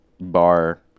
bar